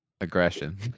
aggression